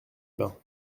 bains